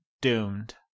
doomed